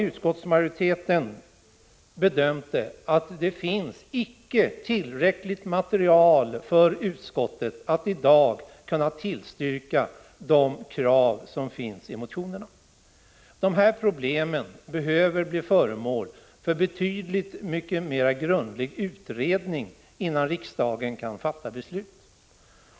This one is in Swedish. Utskottsmajoriteten har bedömt det så att det inte finns tillräckligt material för att utskottet i dag skall kunna tillstyrka de krav som finns i motionerna. Dessa problem behöver bli föremål för en betydligt grundligare utredning innan riksdagen kan fatta beslut.